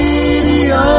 Radio